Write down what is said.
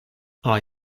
are